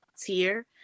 tier